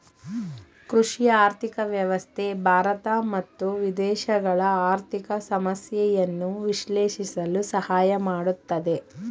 ಕೃಷಿ ಆರ್ಥಿಕ ವ್ಯವಸ್ಥೆ ಭಾರತ ಮತ್ತು ವಿದೇಶಗಳ ಆರ್ಥಿಕ ಸಮಸ್ಯೆಯನ್ನು ವಿಶ್ಲೇಷಿಸಲು ಸಹಾಯ ಮಾಡುತ್ತದೆ